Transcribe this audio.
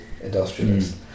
industrialist